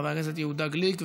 חבר הכנסת יהודה גליק.